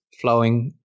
flowing